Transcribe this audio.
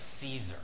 Caesar